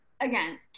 again